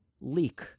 leak